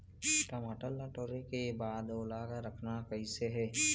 टमाटर ला टोरे के बाद ओला रखना कइसे हे?